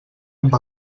amb